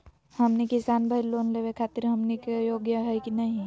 हमनी किसान भईल, लोन लेवे खातीर हमनी के योग्य हई नहीं?